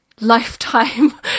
lifetime